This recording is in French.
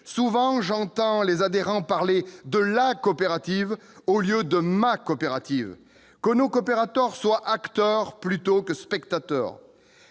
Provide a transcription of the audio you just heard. Souvent, j'entends les adhérents parler de « la coopérative » au lieu de « leur coopérative ». Que nos coopérateurs soient acteurs, plutôt que spectateurs